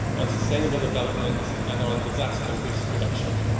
on sustainable development and on disaster risk reduction.